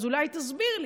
אז אולי תסביר לי,